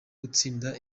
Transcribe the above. gutsinda